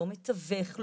מתווך,